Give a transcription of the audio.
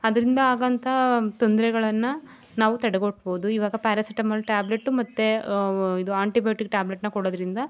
ಅದರಿಂದ ಆಗೋಂಥ ತೊಂದರೆಗಳನ್ನ ನಾವು ತಡೆಗಟ್ಬೋದು ಇವಾಗ ಪ್ಯಾರಾಸಿಟಮೋಲ್ ಟ್ಯಾಬ್ಲೆಟು ಮತ್ತು ಇದು ಆಂಟಿಬಯೋಟಿಕ್ ಟ್ಯಾಬ್ಲೆಟನ್ನ ಕೊಡೋದರಿಂದ